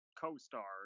co-stars